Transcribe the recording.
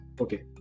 Okay